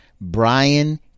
Brian